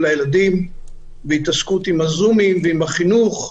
של הילדים בהתעסקות עם הזום ועם החינוך.